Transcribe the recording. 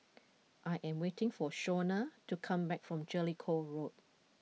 I am waiting for Shawna to come back from Jellicoe Road